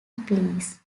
pleas